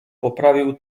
poprawił